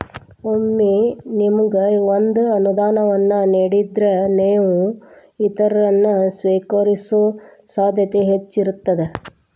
ಒಮ್ಮೆ ನಿಮಗ ಒಂದ ಅನುದಾನವನ್ನ ನೇಡಿದ್ರ, ನೇವು ಇತರರನ್ನ, ಸ್ವೇಕರಿಸೊ ಸಾಧ್ಯತೆ ಹೆಚ್ಚಿರ್ತದ